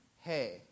hey